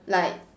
like